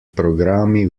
programmi